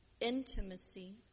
intimacy